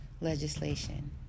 legislation